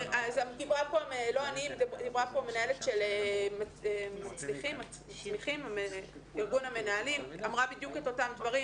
דיברה פה מנהלת של ארגון המנהלים ואמרה בדיוק את אותם הדברים.